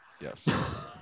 Yes